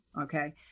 okay